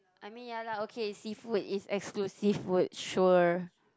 I mean ya lah okay seafood is exclusive food sure